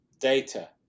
data